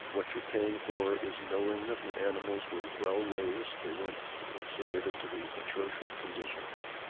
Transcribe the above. what you're paying for is knowing that the animals were well-raised they weren't submitted to these atrocious conditions.